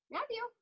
Matthew